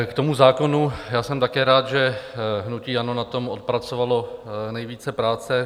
K tomu zákonu, jsem také rád, že hnutí ANO na tom odpracovalo nejvíce práce.